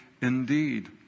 indeed